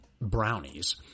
brownies